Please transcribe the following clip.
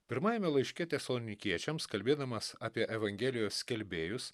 pirmajame laiške tesalonikiečiams kalbėdamas apie evangelijos skelbėjus